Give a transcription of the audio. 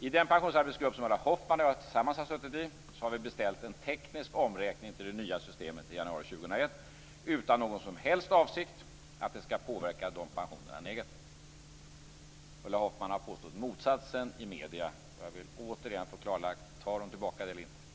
I den pensionsarbetsgrupp som Ulla Hoffmann och jag tillsammans har suttit i har vi beställt en teknisk omräkning till det nya systemet i januari 2001 - helt utan avsikt att detta skall påverka pensionerna negativt. Ulla Hoffmann har påstått motsatsen i medierna. Jag vill återigen få klarlagt om hon tar tillbaka det eller inte.